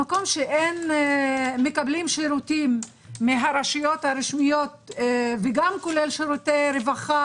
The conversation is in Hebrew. במקום שמקבלים שירותים מהרשויות השמיות וגם כולל שירותי רווחה